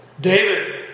David